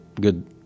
good